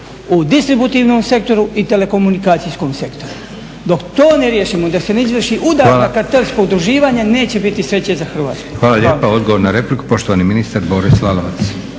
u distributivnom sektoru i telekomunikacijskom sektoru. Dok to ne riješimo da se ne izvrši udar na … udruživanje neće biti sreće za Hrvatsku. **Leko, Josip (SDP)** Hvala. Hvala lijepa. Odgovor na repliku poštovani ministar Boris Lalovac.